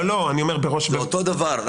זה אותו דבר.